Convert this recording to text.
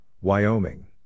Wyoming